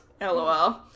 LOL